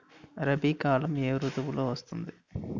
రబీ కాలం ఏ ఋతువులో వస్తుంది?